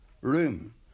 room